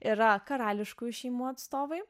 yra karališkųjų šeimų atstovai